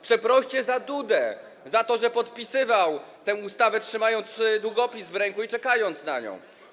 Przeproście za Dudę za to, że żeby podpisać tę ustawę, trzymał długopis w ręku, czekając na nią.